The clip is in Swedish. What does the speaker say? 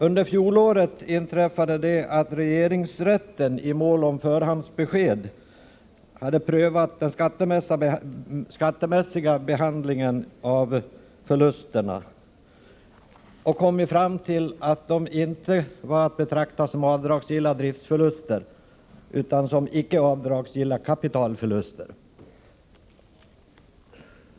Under fjolåret inträffade det att regeringsrätten i mål om förhandsbesked hade prövat den skattemässiga behandlingen av förlusterna och kommit fram till att dessa inte var att betrakta som avdragsgilla driftförluster utan som icke avdragsgilla kapitalförluster.